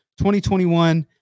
2021